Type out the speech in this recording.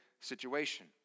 situation